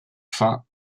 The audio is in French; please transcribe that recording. fin